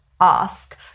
ask